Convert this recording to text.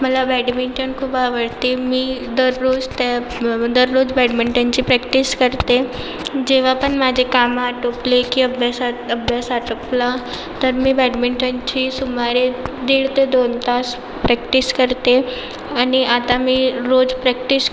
मला बॅडमिंटन खूप आवडते मी दररोज त्या दररोज बॅडमिंटनची प्रॅक्टिस करते जेव्हा पण माझे काम आटोपले की अभ्यासात अभ्यास आटोपला तर मी बॅडमिंटनची सुमारे दीड ते दोन तास प्रॅक्टिस करते आणि आता मी रोज प्रॅक्टिस